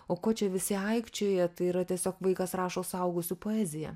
o ko čia visi aikčioja tai yra tiesiog vaikas rašo suaugusių poeziją